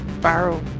barrel